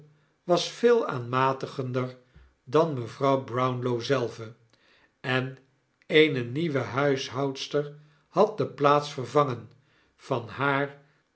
was veel aanmatigender dan mevrouw brownlow zelve en eene nieuwe huishoudster had de plaats vervangen van haar